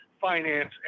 finance